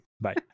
Bye